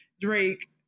Drake